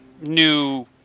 new